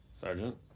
Sergeant